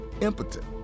impotent